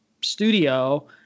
studio